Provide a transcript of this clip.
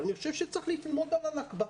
אבל אני חושב שצריך ללמוד על ה"נכבה".